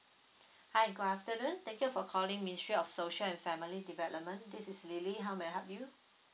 hi good afternoon thank you for calling ministry of social and family development this is lily how may I help you